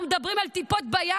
אנחנו מדברים על טיפות בים.